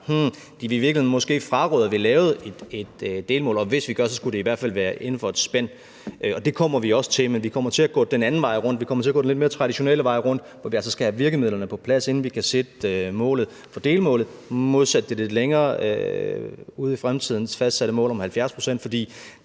de måske i virkeligheden vil fraråde, at vi lavede et delmål, og hvis vi gjorde, skulle det i hvert fald være inden for et spænd. Det kommer vi også til, men vi kommer til at gå den anden vej rundt. Vi kommer til at gå den lidt mere traditionelle vej rundt, hvor vi altså skal have virkemidlerne på plads, inden vi kan sætte målet for delmålet, modsat det lidt længere ude i fremtiden fastsatte mål om 70 pct., fordi